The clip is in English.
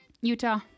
Utah